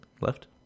Left